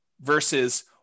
versus